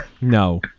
No